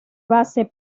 base